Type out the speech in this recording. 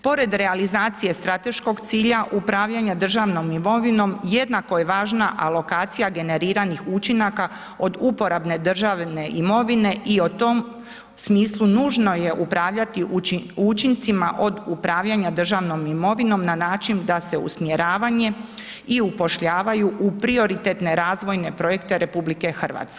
Pored realizacije strateškog cilja upravljanja državnom imovinom jednako je važna alokacija generiranih učinaka od uporabne državne imovine i o tom smislu nužno je upravljati u učincima od upravljanja državnom imovinom na način da se usmjeravanje i upošljavaju u prioritetne razvojne projekte RH.